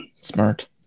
smart